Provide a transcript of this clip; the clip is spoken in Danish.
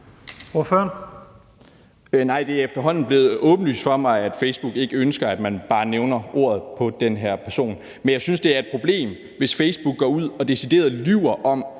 det er efterhånden blevet åbenlyst for mig, at Facebook ikke ønsker, at man bare nævner navnet på den her person. Men jeg synes, at det er et problem, hvis Facebook går ud og decideret lyver om,